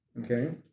Okay